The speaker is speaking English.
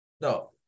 no